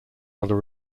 other